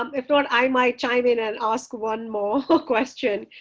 um if not, i might chime in and ask one more question.